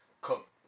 cook